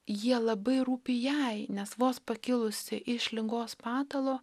jie labai rūpi jai nes vos pakilusi iš ligos patalo